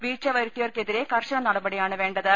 വീഴ്ച വരുത്തിയവർക്കെതിരെ കർശന നട പടിയാണ് വേണ്ടത്